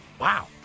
Wow